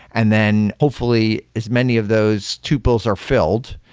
and then hopefully as many of those tuples are filled,